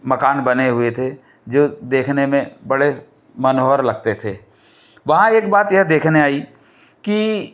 मकान बने हुए थे जो देखने में बड़े मनोहर लगते थे वहाँ एक बात यह देखने आई की